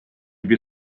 bir